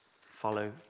Follow